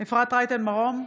אפרת רייטן מרום,